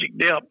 depth